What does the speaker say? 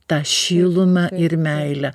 tą šilumą ir meilę